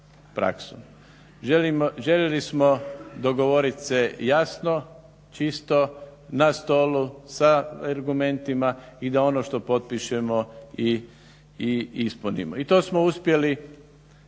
Željeli smo dogovoriti se jasno, čisto na stolu sa argumentima i da ono što potpišemo i ispunimo. I to smo uspjeli